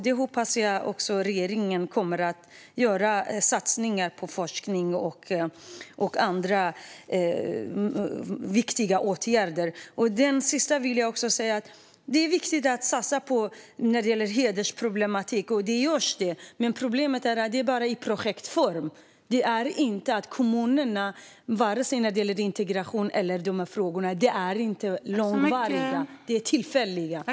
Jag hoppas att regeringen kommer att göra satsningar på forskning och andra viktiga åtgärder. Till sist vill jag också säga att det är viktigt att satsa när det gäller hedersproblematik. Man gör detta, men problemet är att det bara är i projektform. Kommunernas satsningar när det gäller integration och dessa frågor är inte långvariga utan tillfälliga.